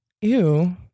ew